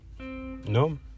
no